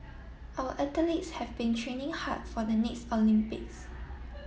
our athletes have been training hard for the next Olympics